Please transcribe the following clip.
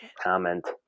Comment